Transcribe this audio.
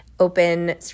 open